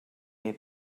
they